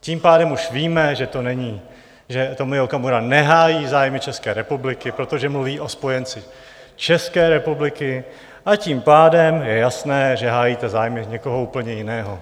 Tím pádem už víme, že Tomio Okamura nehájí zájmy České republiky, protože mluví o spojenci České republiky, a tím pádem je jasné, že hájíte zájmy někoho úplně jiného.